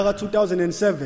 2007